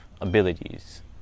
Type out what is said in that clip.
abilities